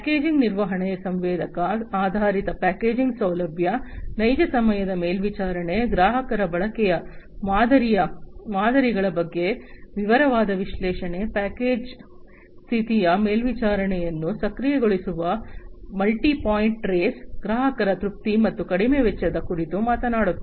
packaging ನಿರ್ವಹಣೆ ಸಂವೇದಕ ಆಧಾರಿತ ಪ್ಯಾಕೇಜಿಂಗ್ ಸೌಲಭ್ಯ ನೈಜ ಸಮಯದ ಮೇಲ್ವಿಚಾರಣೆ ಗ್ರಾಹಕರ ಬಳಕೆಯ ಮಾದರಿಗಳ ಬಗ್ಗೆ ವಿವರವಾದ ವಿಶ್ಲೇಷಣೆ ಪ್ಯಾಕೇಜ್ ಸ್ಥಿತಿಯ ಮೇಲ್ವಿಚಾರಣೆಯನ್ನು ಸಕ್ರಿಯಗೊಳಿಸುವ ಮಲ್ಟಿ ಪಾಯಿಂಟ್ ಟ್ರೇಸ್ ಗ್ರಾಹಕರ ತೃಪ್ತಿ ಮತ್ತು ಕಡಿಮೆ ವೆಚ್ಚದ ಕುರಿತು ಮಾತನಾಡುತ್ತದೆ